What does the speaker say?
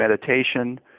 meditation